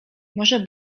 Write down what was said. może